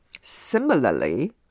Similarly